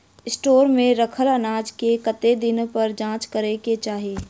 Store मे रखल अनाज केँ कतेक दिन पर जाँच करै केँ चाहि?